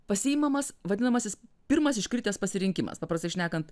pasiimamas vadinamasis pirmas iškritęs pasirinkimas paprastai šnekant